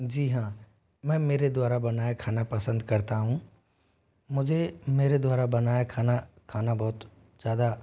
जी हाँ मैं मेरे द्वारा बनाया खाना पसंद करता हूँ मुझे मेरे द्वारा बनाया खाना खाना बहुत ज़्यादा